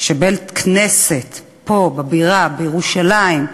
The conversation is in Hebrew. של בית-הכנסת פה, בבירה בירושלים,